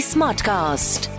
Smartcast